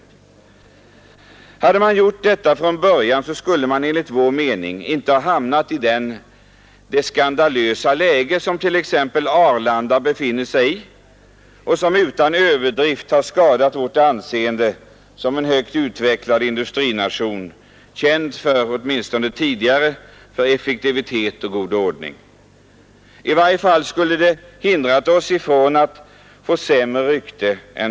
Hade man gjort detta från början, så skulle man enligt vår mening inte ha hamnat i det skandalösa läge som t.ex. Arlanda befinner sig i och som, utan överdrift, har skadat vårt anseende som en högt utvecklad industrination, känd — åtminstone tidigare — för effektivitet och god ordning.